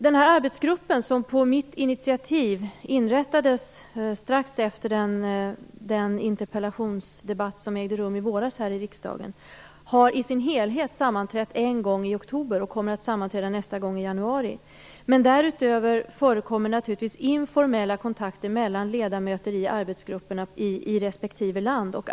Den arbetsgrupp som på mitt initiativ inrättades strax efter den interpellationsdebatt som ägde rum i våras här i riksdagen har i sin helhet sammanträtt en gång i oktober och kommer att sammanträda nästa gång i januari. Därutöver förekommer naturligtvis informella kontakter mellan ledamöter i arbetsgrupperna i respektive land.